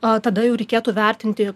a tada jau reikėtų vertinti